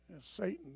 Satan